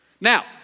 Now